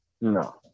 No